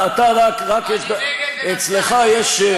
אצלך,